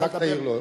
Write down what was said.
אז רק תעיר לו.